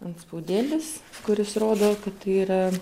antspaudėlis kuris rodo kad tai yra